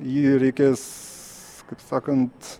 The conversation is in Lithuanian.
jį reikės kaip sakant